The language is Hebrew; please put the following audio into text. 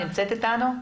נמצאת איתנו?